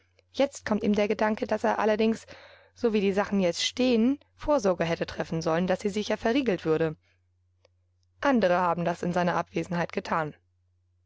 jetzt kommt ihm der gedanke daß er allerdings so wie die sachen jetzt stehen vorsorge hätte treffen sollen daß sie sicher verriegelt würde andere haben das in seiner abwesenheit getan